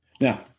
Now